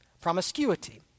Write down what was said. promiscuity